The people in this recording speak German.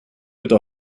bitte